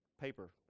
paper